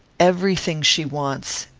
every thing she wants.